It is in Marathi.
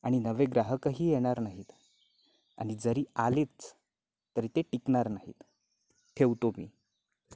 आणि नवे ग्राहकही येणार नाहीत आणि जरी आलेच तरी ते टिकणार नाहीत ठेवतो मी